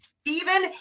Stephen